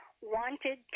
wanted